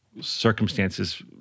circumstances